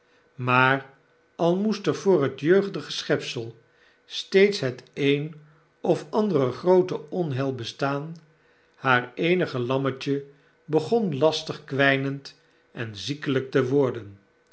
maar al moest er voor het jeugdige schepsel steeds het een of andere groote odheil bestaan haar eenige lammetje begon lastig kwijnend en ziekelijk te worden